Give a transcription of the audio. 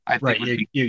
Right